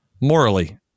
morally